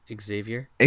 Xavier